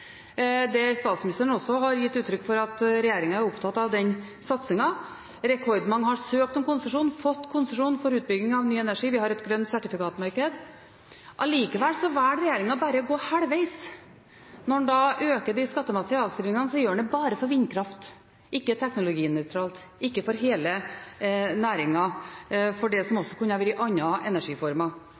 statsministeren har også gitt uttrykk for at regjeringen er opptatt av denne satsingen. Rekordmange har søkt om og fått konsesjon for utbygging av ny energi, og vi har et grønt sertifikatmarked. Allikevel velger regjeringen bare å gå halvveis: Når en da øker de skattemessige avskrivingene, gjør en det bare for vindkraft, ikke teknologinøytralt, ikke for hele næringen – for det som også kunne vært andre energiformer.